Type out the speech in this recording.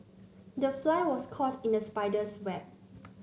the fly was caught in the spider's web